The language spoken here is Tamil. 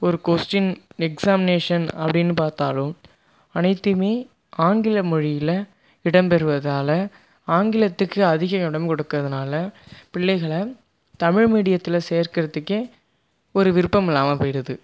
ஒரு கொஷ்ட்டின் எக்ஸாம்னேஷன் அப்படின்னு பார்த்தாலும் அனைத்துயுமே ஆங்கில மொழியில் இடம் பெறுவதால் ஆங்கிலத்துக்கு அதிக இடமும் கொடுக்கறதுனால பிள்ளைகளை தமிழ் மீடியத்தில் சேர்க்கறதுக்கே ஒரு விருப்பம் இல்லாமல் போகிடுது